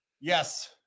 yes